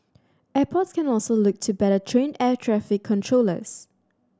airports can also look to better train air traffic controllers